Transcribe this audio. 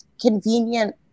convenient